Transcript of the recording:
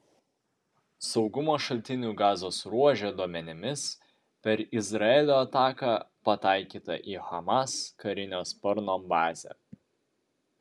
saugumo šaltinių gazos ruože duomenimis per izraelio ataką pataikyta į hamas karinio sparno bazę